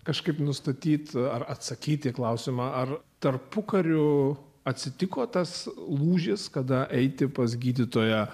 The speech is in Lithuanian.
kažkaip nustatyti ar atsakyti į klausimą ar tarpukariu atsitiko tas lūžis kada eiti pas gydytoją